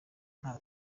nta